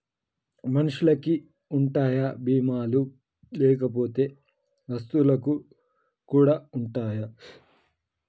మనుషులకి ఉంటాయా బీమా లు లేకపోతే వస్తువులకు కూడా ఉంటయా?